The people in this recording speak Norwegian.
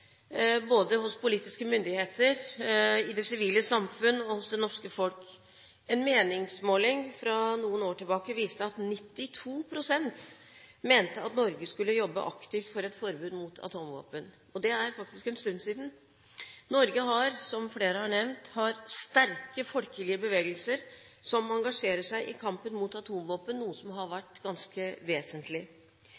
både hos politiske myndigheter, i det sivile samfunn og hos det norske folk. En meningsmåling fra noen år tilbake viste at 92 pst. mente at Norge skulle jobbe aktivt for et forbud mot atomvåpen. Det er faktisk en stund siden. Norge har, som flere har nevnt, sterke folkelige bevegelser som engasjerer seg i kampen mot atomvåpen. Det har